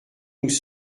nous